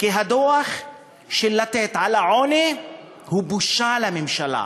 כי הדוח של "לתת" על העוני הוא בושה לממשלה,